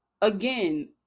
again